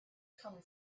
come